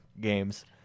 games